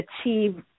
achieve